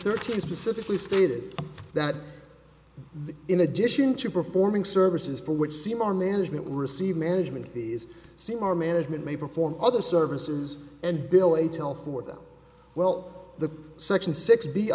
thirteen specifically stated that the in addition to performing services for which seem our management will receive management is seem our management may perform other services and belay tell for them well the section six